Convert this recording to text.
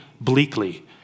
bleakly